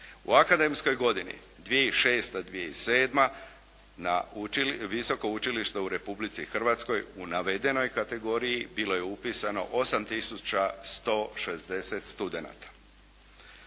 U akademskoj godini 2006./2007. na Visoko učilište u Republici Hrvatskoj u navedenoj kategoriji bilo je upisano 8 tisuća 160 studenata.